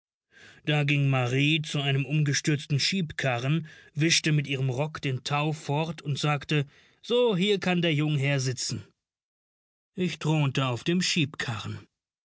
da ging marrie zu einem umgestürzten schiebkarren wischte mit ihrem rock den tau fort und sagte so hier kann der jungherr sitzen ich thronte auf dem schiebkarren